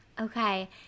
okay